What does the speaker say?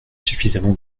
suffisamment